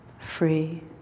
free